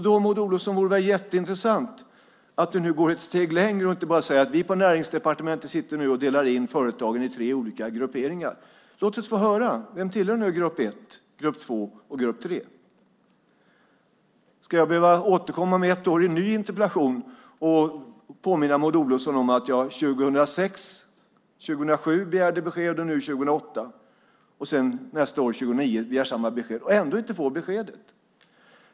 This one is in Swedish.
Då vore det jätteintressant om Maud Olofsson går ett steg längre och inte bara säger att man på Näringsdepartementet nu sitter och delar in företagen i tre olika grupper. Låt oss få höra vilka som tillhör grupp 1, grupp 2 och grupp 3. Ska jag behöva återkomma om ett år, 2009, med en ny interpellation och påminna Maud Olofsson om att jag 2006, 2007 och nu 2008 har begärt besked men ändå inte har fått det?